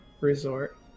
resort